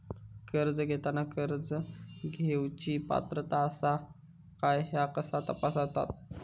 कर्ज घेताना कर्ज घेवची पात्रता आसा काय ह्या कसा तपासतात?